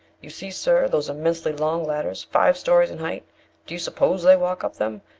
you see, sir, those immensely long, ladders, five stories in height do you suppose they walk up them?